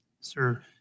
Sir